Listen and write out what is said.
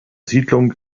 siedlung